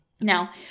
Now